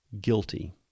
guilty